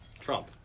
Trump